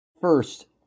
First